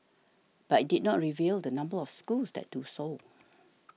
but it did not reveal the number of schools that do so